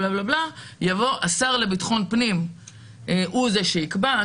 ומשפט של הכנסת" יבוא "השר לביטחון פנים יקבע הוראות".